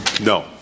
No